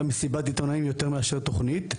מסיבת עיתונאים יותר מאשר תוכנית,